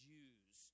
Jews